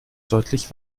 deutlich